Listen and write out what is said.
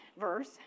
verse